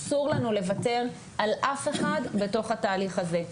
אסור לנו לוותר על אף אחד בתוך התהליך הזה.